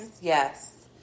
Yes